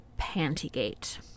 Pantygate